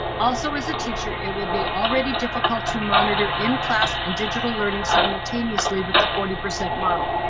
also, as a teacher, it will be already difficult to monitor in-class and digital learning simultaneously with the forty percent model.